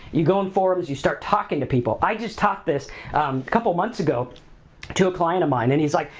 you go on forums, you start talking to people. i just taught this couple months ago to a client of mine and he's like,